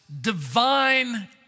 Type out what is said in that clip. divine